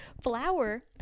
flour